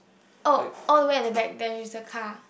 oh all the way at the back there is a car